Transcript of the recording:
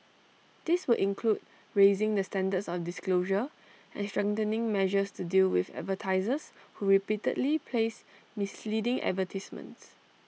this would include raising the standards of disclosure and strengthening measures to deal with advertisers who repeatedly place misleading advertisements